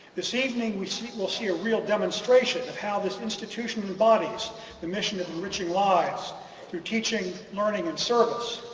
this evening we see we'll see a real demonstration of how this institution institution embodies the mission of enriching lives through teaching, learning, and service.